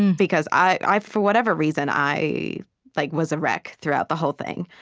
and because i for whatever reason, i like was a wreck throughout the whole thing.